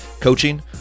coaching